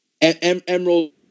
Emerald